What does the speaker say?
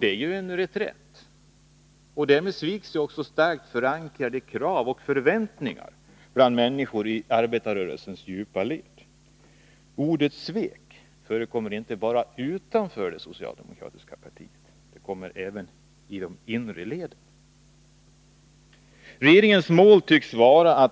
Det är en reträtt, och därmed sviks också starkt förankrade krav och förväntningar bland människor i arbetarrörelsens djupa led. Ordet svek förekommer inte bara utanför det socialdemokratiska partiet utan även i de inre leden. Regeringens mål tycks vara: